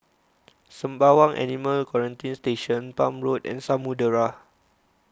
Sembawang Animal Quarantine Station Palm Road and Samudera